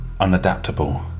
unadaptable